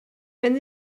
wenn